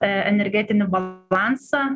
energetinį balansą